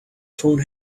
phone